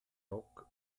dock